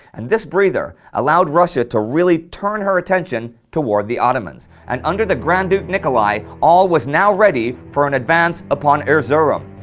and this breather allowed russia to really turn her attention toward the ottomans, and under the grand duke nikolai, all was now ready for an advance upon erzurum.